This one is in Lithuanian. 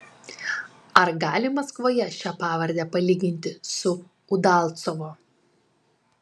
ar gali maskvoje šią pavardę palyginti su udalcovo